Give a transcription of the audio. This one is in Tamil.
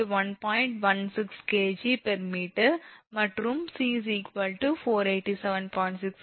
16 𝑘𝐺𝑚 மற்றும் 𝑐 487